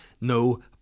No